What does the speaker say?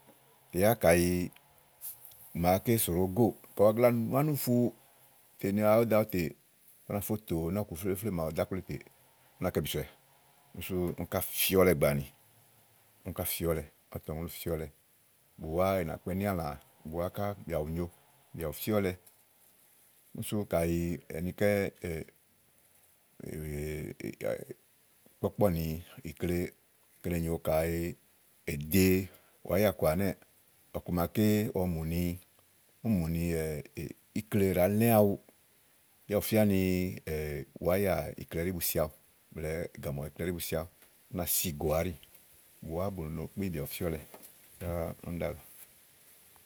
tè yá kàyi úŋò màaké sò ɖo góò kayi ù gagla nù ánúfu tè ni à wó do awuté ú nà fó tòo nɔ́ɔ̀ku vlévlé màaɖu ɖò ákple te ú nàá kɛ bìsowɛ. Kíni sú úni ká fíɔ́lɛ gbàa ani. Ùwa ínakpɔ̀ ínìàlã búá ká bìà bù nyo bìà bùfíɔ̀lɛ úni sú kayi anikɛ́ kpɔ̀kpɔnìi ikle ìkle nyòo kàyi è de wàáyà kɔà ɛnɛ́ɛ̀, ɔku màaké ɔwɛ mù ni, úni mù ni ikle ɖàa lɛ̀ awu, yá ùfia ni ikle ɛɖi bu de aɖu, ù fíaní wàáyà blɛɛ gámɔ ɛɖi bu siaɖu ú nàá si òoaàɖì bùwà bú no kpi bìà bù fìɔ́lɛ. Yá úni ɖialɔ.